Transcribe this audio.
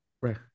Right